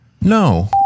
No